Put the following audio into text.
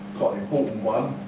important one.